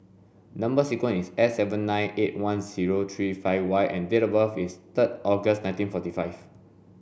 number sequence is S seven nine eight one zero three five Y and date of birth is third August nineteen forty five